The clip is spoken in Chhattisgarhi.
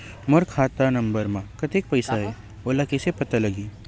मोर खाता नंबर मा कतका पईसा हे ओला कइसे पता लगी?